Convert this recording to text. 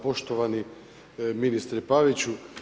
Poštovani ministre Paviću.